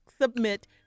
submit